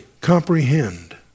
comprehend